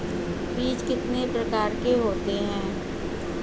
बीज कितने प्रकार के होते हैं?